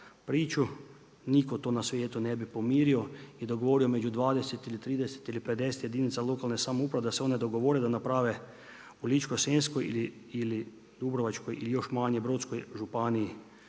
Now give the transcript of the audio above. priču. Nitko to na svijetu ne bi pomirio i dogovorio među 20 ili 30 ili 50 jedinica lokalne samouprave da se one dogovore da naprave u Ličko- senjskoj ili Dubrovačkoj i još manje Brodskoj županiji